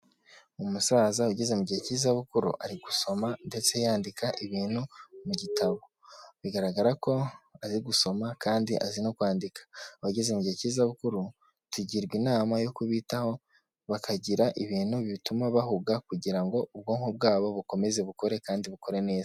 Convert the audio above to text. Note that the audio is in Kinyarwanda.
Umusaza ugeze mu gihe cy'izabukuru, ari gusoma ndetse yandika ibintu mu gitabo, bigaragara ko azi gusoma kandi azi no kwandika, abageze mu gihe cy'izabukuru, tugirwa inama yo kubitaho bakagira ibintu bituma bahuga, kugira ngo ubwonko bwabo bukomeze bukore kandi bukore neza.